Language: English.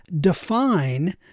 define